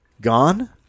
Gone